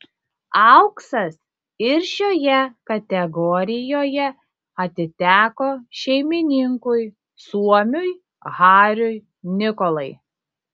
auksas ir šioje kategorijoje atiteko šeimininkui suomiui hariui nikolai